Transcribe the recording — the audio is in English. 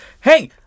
hey